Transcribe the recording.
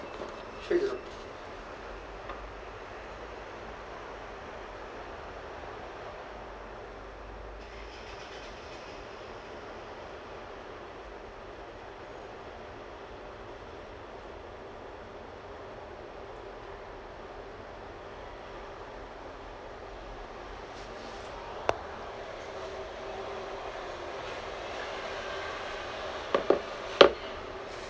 ah